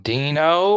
Dino